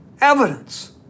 evidence